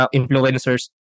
influencers